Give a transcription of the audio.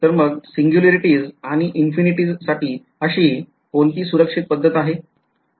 तर मग singularities आणि infinities साठी अशी कोणती सुरक्षित पद्धत आहे